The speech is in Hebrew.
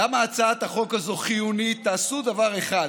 למה הצעת החוק הזאת חיונית, תעשו דבר אחד,